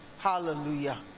Hallelujah